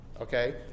Okay